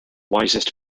wisest